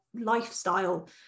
lifestyle